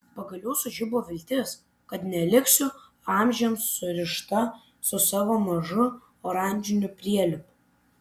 pagaliau sužibo viltis kad neliksiu amžiams surišta su savo mažu oranžiniu prielipu